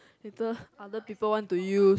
later other people want to use